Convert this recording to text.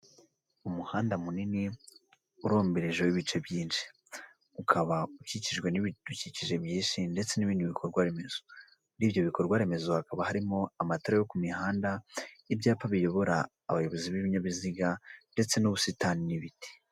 Umuhanda munini urombereje w'ibice byinshi. Ukaba ukikijwe n'ibidukikije byinshi ndetse n'ibindi bikorwa remezo. Muri ibyo bikorwa remezo, hakaba harimo amatara yo ku mihanda, ibyapa biyobora abayobozi b'ibinyabiziga ndetse n'ubusitani n'ibiti.